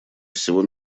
всего